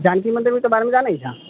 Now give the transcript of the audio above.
जानकी मन्दिरके बारेमे जानै छऽ